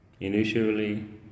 initially